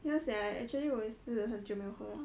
ya sia actually 我也是很久没喝